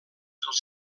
dels